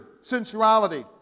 sensuality